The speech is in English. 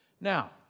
Now